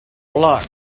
block